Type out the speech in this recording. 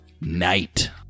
night